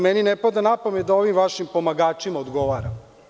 Meni ne pada na pamet da ovim vašim pomagačima odgovaram.